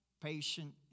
patient